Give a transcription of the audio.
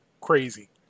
crazy